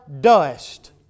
dust